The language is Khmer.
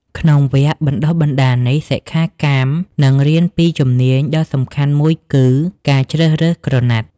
ក្នុងវគ្គបណ្តុះបណ្តាលនេះ សិក្ខាកាមនឹងរៀនពីជំនាញដ៏សំខាន់មួយគឺ ការជ្រើសរើសក្រណាត់។